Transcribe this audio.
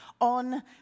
on